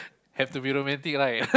have to be romantic right